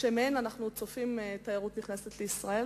שמהן אנחנו צופים תיירות נכנסת לישראל.